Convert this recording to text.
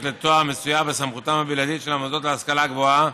לתואר מצויה בסמכותם הבלעדית של המוסדות להשכלה גבוהה